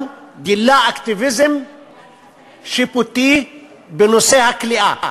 גילה אקטיביזם שיפוטי בנושא הכליאה.